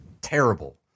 terrible